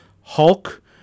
Hulk